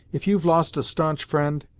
if you've lost a staunch fri'nd,